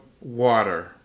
water